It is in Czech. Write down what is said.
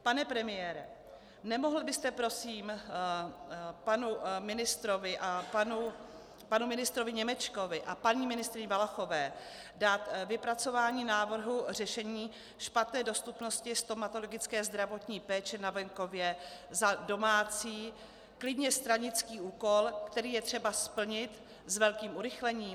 Pane premiére, nemohl byste prosím panu ministrovi Němečkovi a paní ministryni Valachové dát vypracování návrhu řešení špatné dostupnosti stomatologické zdravotní péče na venkově za domácí, klidně stranický úkol, který je třeba splnit s velkým urychlením?